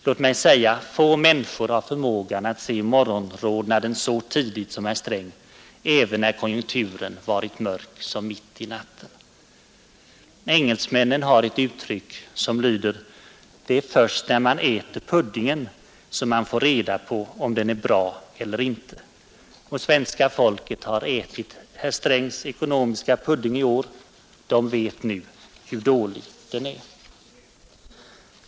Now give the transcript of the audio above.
Låt mig säga att få människor har förmågan att se morgonrodnaden så tydligt som herr Sträng även när konjunkturen varit mörk som natten. Engelsmännen har ett uttryck som lyder: ”Det är först när man äter puddingen man får beviset för hur bra den är.” Svenska folket har ätit herr Strängs ekonomiska pudding i år och vet nu hur dålig den är.